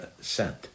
sent